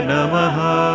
Namaha